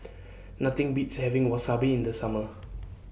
Nothing Beats having Wasabi in The Summer